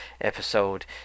episode